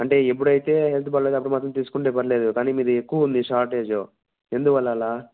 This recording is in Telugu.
అంటే ఎప్పుడయితే హెల్త్ బాగోలేదో అప్పుడు మాత్రం తీసుకుంటే పర్లేదు కానీ మీది ఎక్కువుంది షార్టేజు ఎందువల్ల అలా